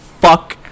fuck